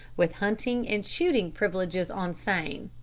with hunting and shooting privileges on same.